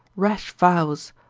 rash vows,